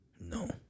No